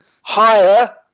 higher